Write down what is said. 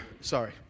Sorry